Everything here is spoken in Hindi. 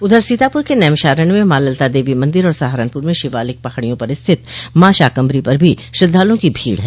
उधर सीतापुर के नैमिषारण्य में मॉ ललिता देवी मंदिर और सहारनपुर में शिवालिक पहाड़ियों पर स्थित मॉ शाकम्भरी पर भी श्रद्धालुओं की भीड़ है